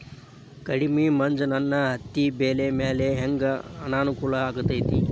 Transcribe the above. ಕಡಮಿ ಮಂಜ್ ನನ್ ಹತ್ತಿಬೆಳಿ ಮ್ಯಾಲೆ ಹೆಂಗ್ ಅನಾನುಕೂಲ ಆಗ್ತೆತಿ?